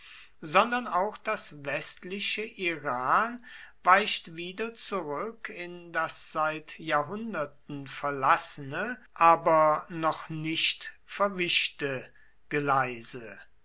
sondern auch das westliche iran weicht wieder zurück in das seit jahrhunderten verlassene aber noch nicht verwischte geleise